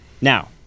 Now